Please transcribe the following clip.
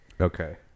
Okay